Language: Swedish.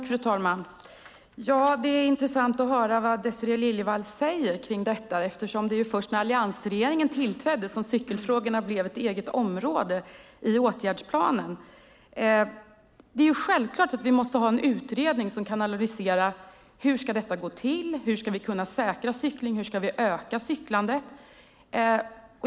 Fru talman! Det är intressant att höra vad Désirée Liljevall säger om detta. Det var först när alliansregeringen tillträdde som cykelfrågorna blev ett eget område i åtgärdsplanen. Självklart måste vi ha en utredning som kan analysera hur det ska gå till, hur vi kan säkra cyklandet och hur vi kan öka cyklandet.